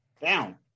down